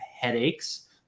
headaches